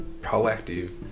proactive